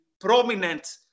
prominent